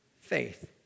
faith